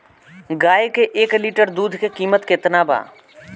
गाए के एक लीटर दूध के कीमत केतना बा?